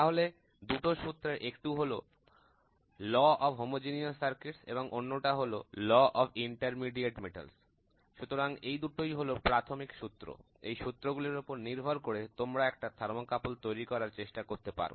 তাহলে দুটো সূত্রের একটি হলো ল অফ হোমোজিনিয়াস সার্কিট এবং অন্যটা হল ল অফ ইন্টারমিডিয়েট মেটালস সুতরাং এই দুটোই হলো প্রাথমিক সূত্র এই সূত্রগুলির উপর নির্ভর করে তোমরা একটা থার্মোকাপল তৈরি করার চেষ্টা করতে পারো